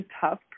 tough